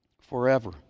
forever